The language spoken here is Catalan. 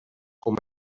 com